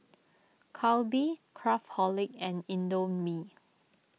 Calbee Craftholic and Indomie